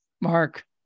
Mark